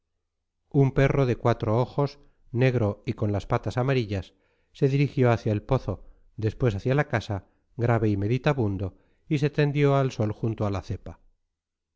un perro de cuatro ojos negro y con las patas amarillas se dirigió hacia el pozo después hacia la casa grave y meditabundo y se tendió al sol junto a la cepa